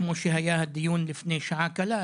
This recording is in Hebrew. כפי שהיה הדיון לפני שעה קלה,